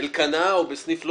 אלקנה או בסניף אחר